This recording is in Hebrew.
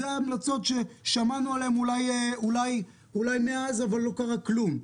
זה ההמלצות ששמענו עליהן מאז, אבל לא קרה כלום.